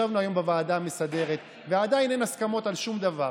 ישבנו היום בוועדה המסדרת ועדיין אין הסכמות על שום דבר,